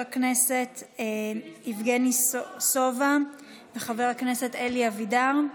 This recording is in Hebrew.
את חבר הכנסת יבגני סובה ואת חבר הכנסת אלי אבידר.